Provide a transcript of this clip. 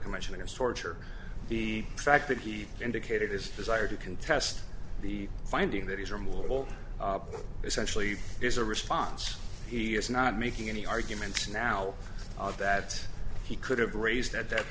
commissioner's torture the fact that he indicated his desire to contest the finding that his removal essentially is a response he is not making any arguments now that he could have raised at that